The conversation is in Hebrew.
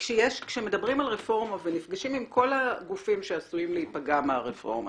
כשמדברים על רפורמה ונפגשים עם כל הגופים שעלולים להיפגע מהרפורמה